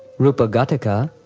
rupa ghataka,